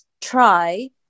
try